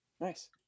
Nice